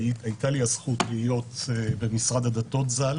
הייתה לי הזכות להיות במשרד הדתות ז"ל